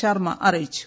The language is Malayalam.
ശർമ്മ അറിയിച്ചു